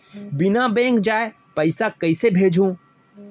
बिना बैंक जाए पइसा कइसे भेजहूँ?